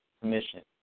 Commission